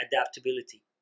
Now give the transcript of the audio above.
adaptability